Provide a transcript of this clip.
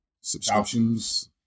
Subscriptions